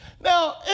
Now